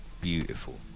beautiful